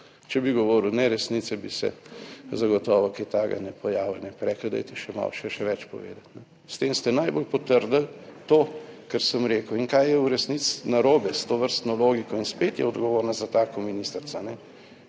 Če bi govoril neresnice, bi se zagotovo kaj takega ne pojavilo, bi rekli, dajte še malo, še, še več povedati. S tem ste najbolj potrdili to, kar sem rekel in kaj je v resnici narobe s tovrstno logiko in spet je odgovorna za tako ministrica,